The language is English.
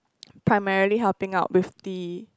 primarily helping out with the